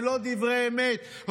זה לא דברי אמת,